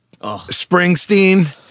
Springsteen